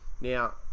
Now